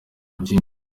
byinshi